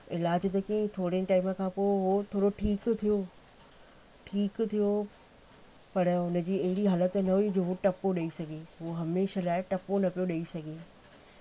इलाजु जेके थोरे टाइम खां पोइ उहो थोरो ठीकु थियो ठीकु थियो पर हुनजी अहिड़ी हालति न हुई जेको टपो ॾेई सघे उहो हमेशा लाइ टपो न पियो ॾेई सघे